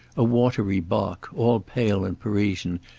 a watery bock, all pale and parisian,